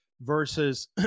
versus